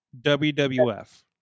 WWF